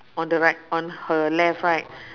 on the right on her left right